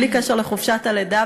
בלי קשר לחופשת הלידה,